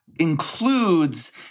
includes